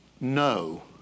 no